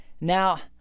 Now